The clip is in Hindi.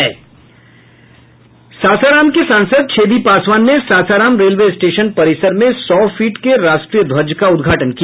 सासाराम के सांसद छेदी पासवान ने सासाराम रेलवे स्टेशन परिसर में सौ फीट के राष्ट्रीय ध्वज का उद्घाटन किया